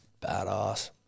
badass